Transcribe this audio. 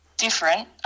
different